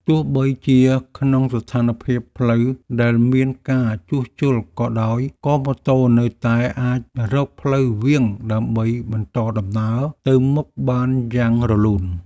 ទោះបីជាក្នុងស្ថានភាពផ្លូវដែលមានការជួសជុលក៏ដោយក៏ម៉ូតូនៅតែអាចរកផ្លូវវាងដើម្បីបន្តដំណើរទៅមុខបានយ៉ាងរលូន។